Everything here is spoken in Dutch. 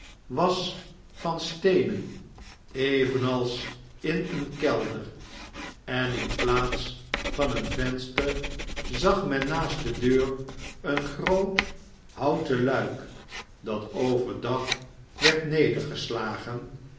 was van steenen evenals in een kelder en in plaats van een venster zag men naast de deur een groot houten luik dat over